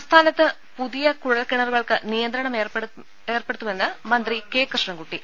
സംസ്ഥാനത്ത് പുതിയ കുഴൽ കിണറുക്ൾക്ക് നിയന്ത്രണം ഏർപ്പെടുത്തുമെന്ന് മന്ത്രി കെ കൃഷ്ണൻകുട്ടി